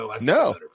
No